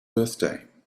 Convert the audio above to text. birthday